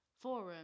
forum